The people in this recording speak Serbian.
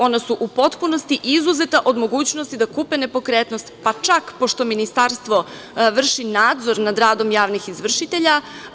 Ona su u potpunosti izuzeta od mogućnosti da kupe nepokretnost, pa čak ministarstvo vrši nadzor nad radom javnih izvršitelja.